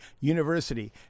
University